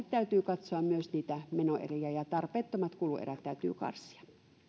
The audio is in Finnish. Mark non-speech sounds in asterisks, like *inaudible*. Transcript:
*unintelligible* täytyy katsoa myös niitä menoeriä ja tarpeettomat kuluerät täytyy karsia